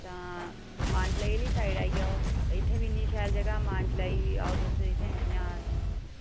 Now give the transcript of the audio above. तां मानतलाई आह्ली साइड आई जाओ इत्थै बी इन्नियां शैल जगहां मानतलाई तुस इत्थै इ'यां